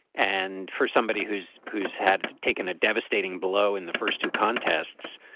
and for somebody who's who's had taken a devastating blow in the first two contests,